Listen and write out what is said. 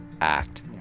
act